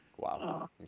Wow